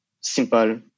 simple